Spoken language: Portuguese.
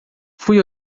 fui